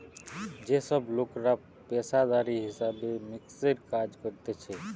যে সব লোকরা পেশাদারি হিসাব মিক্সের কাজ করতিছে